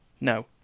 No